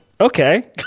Okay